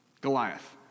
Goliath